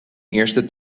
eerste